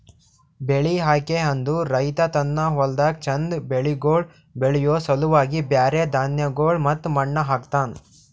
ಬೆಳಿ ಆಯ್ಕೆ ಅಂದುರ್ ರೈತ ತನ್ನ ಹೊಲ್ದಾಗ್ ಚಂದ್ ಬೆಳಿಗೊಳ್ ಬೆಳಿಯೋ ಸಲುವಾಗಿ ಬ್ಯಾರೆ ಧಾನ್ಯಗೊಳ್ ಮತ್ತ ಮಣ್ಣ ಹಾಕ್ತನ್